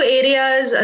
areas